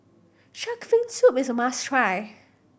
shark fin soup is a must try